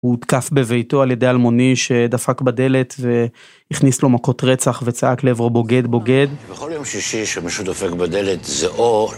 הוא הותקף בביתו על ידי אלמוני, שדפק בדלת והכניס לו מכות רצח וצעק לעברו: בוגד, בוגד.